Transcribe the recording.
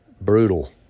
brutal